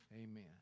Amen